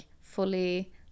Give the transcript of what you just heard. fully